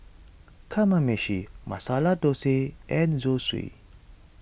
Kamameshi Masala Dosa and Zosui